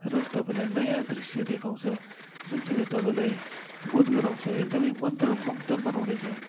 र तपाईँलाई नयाँ दृश्य देखाउँछ जुन चाहिँले तपाईँलाई बोध गराउँछ एकदमै मन्त्र मुग्ध बनाउनेछ